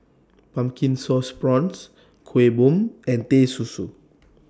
Pumpkin Sauce Prawns Kuih Bom and Teh Susu